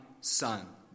Son